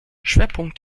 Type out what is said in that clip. schwerpunkt